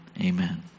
Amen